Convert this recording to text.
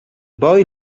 boy